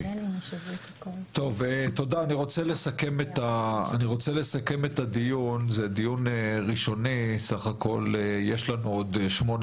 אני רוצה לסכם את הדיון: זה דיון ראשוני ובסך הכול יש לנו עוד שמונה